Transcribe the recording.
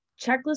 checklist